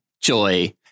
Joy